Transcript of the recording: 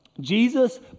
Jesus